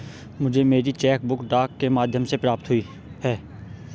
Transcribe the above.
मुझे मेरी cheque book डाक के माध्यम से प्राप्त हुई है